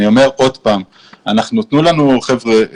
אני אומר שוב שתנו לנו לעבוד,